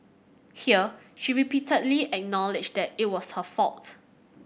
here she repeatedly acknowledged that it was her fault